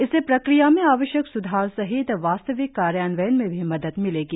इससे प्रक्रिया में आवश्यक स्धार सहित वास्तविक कार्यान्वयन में भी मदद मिलेगी